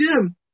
Jim